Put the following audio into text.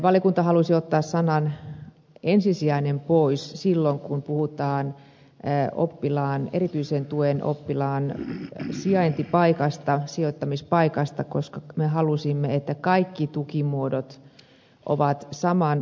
valiokunta halusi ottaa sanan ensisijainen pois silloin kun puhutaan erityisen tuen oppilaan sijoittamispaikasta koska me halusimme että kaikki tukimuodot ovat samanarvoisia